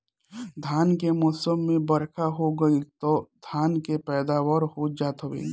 धान के मौसम में बरखा हो गईल तअ धान के पैदावार हो जात हवे